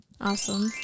Awesome